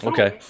Okay